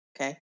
Okay